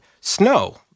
snow